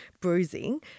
bruising